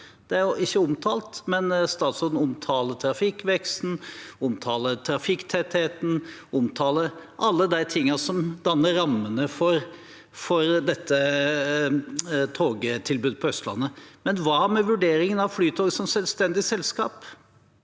Statsråden omtaler trafikkveksten, trafikktettheten og alle de tingene som danner rammene for togtilbudet på Østlandet, men hva med vurderingen av Flytoget som selvstendig selskap?